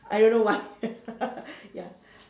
I don't know why ya